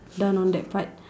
done on that part